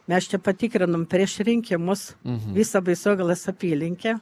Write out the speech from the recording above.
mes čia patikrinom prieš rinkimus visą baisogalos apylinkę